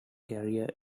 career